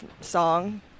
song